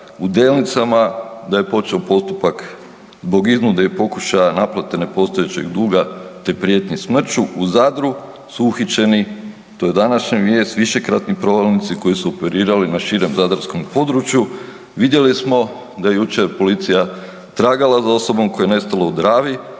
u Delnicama da je počeo postupak zbog iznude i pokušaja naplate nepostojećeg duga te prijetnji smrću, u Zadru su uhićeni to je današnja vijest višekratni provalnici koji su operirali na širem zadarskom području. Vidjeli smo da je jučer policija tragala za osobom koja je nestala u Dravi,